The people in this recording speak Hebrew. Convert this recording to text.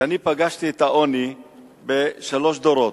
שאני פגשתי את העוני בשלושה דורות.